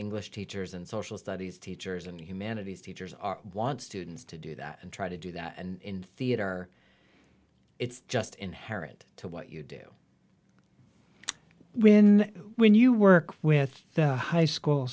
english teachers and social studies teachers and humanities teachers are want students to do that and try to do that and in theater it's just inherent to what you do when when you work with high school